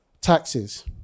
taxes